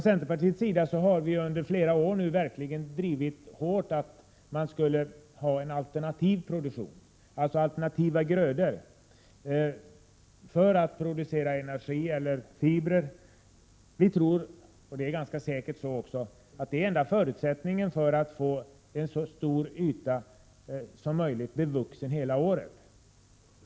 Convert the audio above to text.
Centerpartiet har under flera år verkligen hårt drivit kravet på en alternativ produktion, dvs. alternativa grödor, för produktion av energi eller fibrer. Vi tror — och det är ganska säkert så — att det är den enda förutsättningen för att få en så stor yta som möjligt bevuxen hela året.